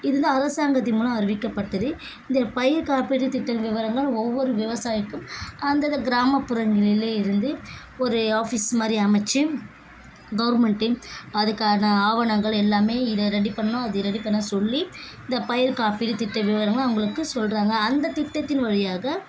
இது வந்து அரசாங்கத்தின் மூலம் அறிவிக்கப்பட்டது இந்த பயிர் காப்பீடு திட்டம் விவரங்கள் ஒவ்வொரு விவசாயிக்கும் அந்தந்த கிராமப்புறங்களில இருந்து ஒரு ஆஃபிஸ் மாரி அமைச்சு கவர்மெண்ட்டே அதுக்கான ஆவணங்கள் எல்லாமே இது ரெடி பண்ணணும் அது ரெடி பண்ண சொல்லி இந்த பயிர் காப்பீடு திட்ட விவரங்கள் அவங்களுக்கு சொல்லுறாங்க அந்த திட்டத்தின் வழியாக